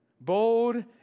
bold